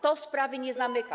To sprawy nie zamyka.